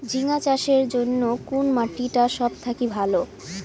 ঝিঙ্গা চাষের জইন্যে কুন মাটি টা সব থাকি ভালো?